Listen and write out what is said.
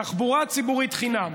תחבורה ציבורית חינם.